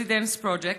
Project,